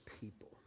people